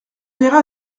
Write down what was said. verra